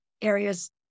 areas